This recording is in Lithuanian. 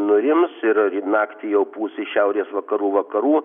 nurims ir ryt naktį jau pūs iš šiaurės vakarų vakarų